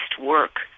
work